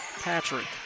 Patrick